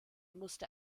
musste